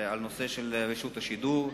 בנושא רשות השידור.